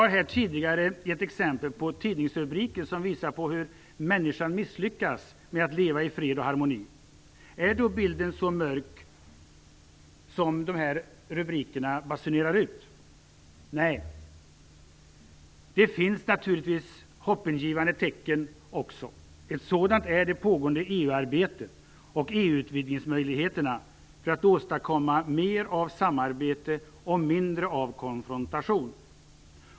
Jag gav tidigare exempel på tidningsrubriker som visar hur människan misslyckas med att leva i fred och harmoni. Är då bilden så mörk som rubrikerna basunerar ut? Nej, det finns naturligtvis hoppingivande tecken också. Ett sådant är det pågående EU-arbetet och EU:s utvidgningsmöjligheter för att åstadkomma mer av samarbete och mindre av konfrontation.